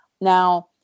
Now